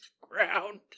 ground